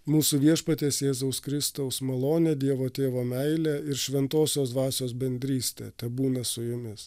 mūsų viešpaties jėzaus kristaus malonė dievo tėvo meilė ir šventosios dvasios bendrystė tebūna su jumis